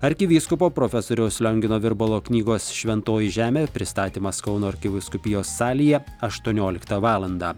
arkivyskupo profesoriaus liongino virbalo knygos šventoji žemė pristatymas kauno arkivyskupijos salėje aštuonioliktą valandą